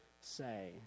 say